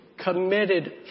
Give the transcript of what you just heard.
committed